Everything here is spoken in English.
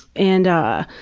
and,